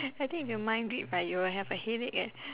I think if you mind read but you will have a headache eh